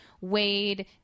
Wade